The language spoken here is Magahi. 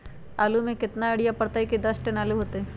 आलु म केतना यूरिया परतई की दस टन आलु होतई?